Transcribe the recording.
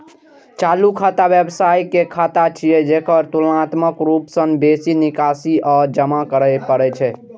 चालू खाता व्यवसायी के खाता छियै, जेकरा तुलनात्मक रूप सं बेसी निकासी आ जमा करै पड़ै छै